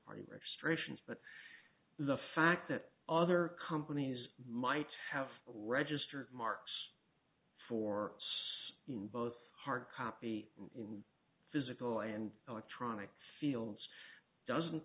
party registrations but the fact that other companies might have registered marks for us in both hard copy in physical and electronic fields doesn't